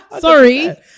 sorry